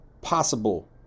possible